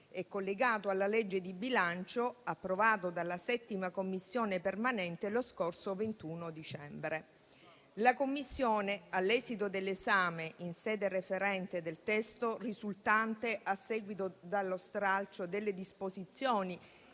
collegato alla legge di bilancio, approvato dalla 7a Commissione permanente lo scorso 21 dicembre. La Commissione, all'esito dell'esame in sede referente del testo risultante a seguito dello stralcio delle disposizioni